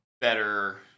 better